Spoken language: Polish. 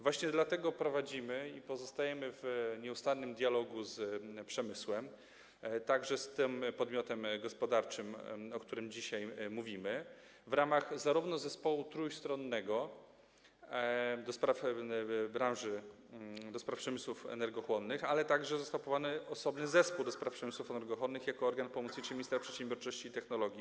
Właśnie dlatego prowadzimy, pozostajemy w nieustannym dialogu z przemysłem, także z tym podmiotem gospodarczym, o którym dzisiaj mówimy, w ramach zespołu trójstronnego do spraw przemysłów energochłonnych, ale także został powołany osobny zespół do spraw przemysłów energochłonnych jako organ pomocniczy ministra przedsiębiorczości i technologii.